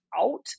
out